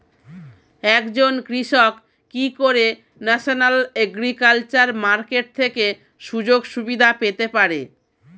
একজন কৃষক কি করে ন্যাশনাল এগ্রিকালচার মার্কেট থেকে সুযোগ সুবিধা পেতে পারে?